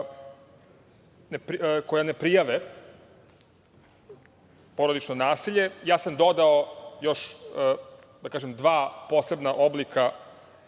koja ne prijave porodično nasilje. Ja sam dodao još, da kažem, dva posebna oblika,